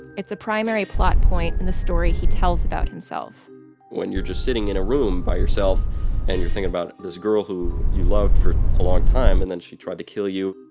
it's a primary plot point in the story he tells about himself when you're just sitting in a room by yourself and you're thinking about this girl who you loved for a long time and then she tried to kill you,